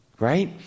Right